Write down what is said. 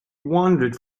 wandered